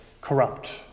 corrupt